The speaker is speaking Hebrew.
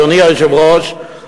אדוני היושב-ראש,